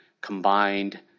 combined